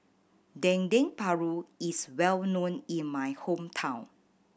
Dendeng Paru is well known in my hometown